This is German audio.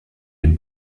den